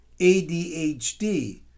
ADHD